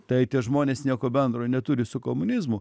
tai tie žmonės nieko bendro neturi su komunizmu